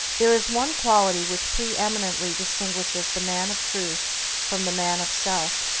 there is one quality which pre-eminently distinguishes the man of truth from the man of self,